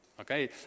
Okay